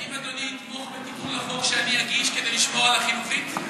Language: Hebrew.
האם אדוני יתמוך בתיקון לחוק שאגיש כדי לשמור על החינוכית?